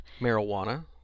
Marijuana